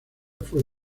fue